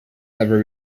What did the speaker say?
never